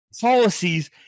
policies